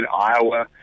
Iowa